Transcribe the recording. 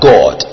God